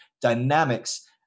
dynamics